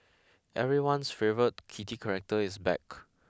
everyone's favourite kitty character is back